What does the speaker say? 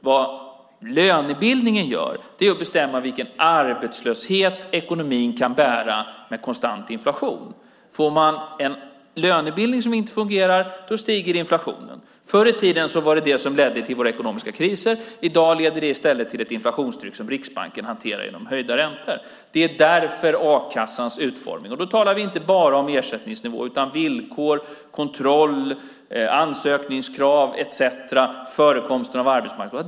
Det lönebildningen gör är att bestämma vilken arbetslöshet ekonomin kan bära med konstant inflation. Om man får en lönebildning som inte fungerar stiger inflationen. Förr i tiden ledde det till våra ekonomiska kriser. I dag leder det i stället till ett inflationstryck som Riksbanken hanterar genom höjda räntor. Det är därför a-kassan är utformad som den är. Och då talar vi inte bara om ersättningsnivåer, utan om villkor, kontroll, ansökningskrav etcetera - förekomsten av arbetsmarknad.